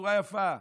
בצורה יפה,